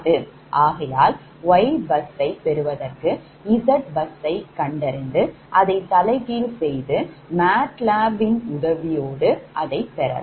ஆகையால் YBusஐ பெறுவதற்கு ZBusஐ கண்டறிந்து அதை தலைகீழ் செய்து MATLab ன் உதவியோடு அதை பெறலாம்